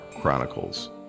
Chronicles